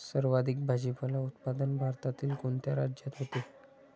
सर्वाधिक भाजीपाला उत्पादन भारतातील कोणत्या राज्यात होते?